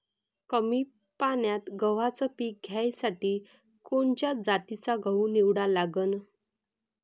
कमी पान्यात गव्हाचं पीक घ्यासाठी कोनच्या जातीचा गहू निवडा लागन?